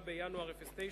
21 ביולי 2009,